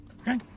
Okay